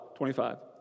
25